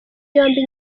yombi